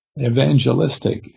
evangelistic